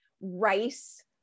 rice